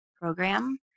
program